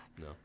no